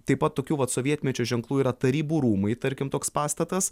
taip pat tokių vat sovietmečio ženklų yra tarybų rūmai tarkim toks pastatas